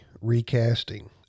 recasting